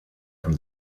from